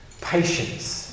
patience